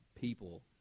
people